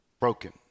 broken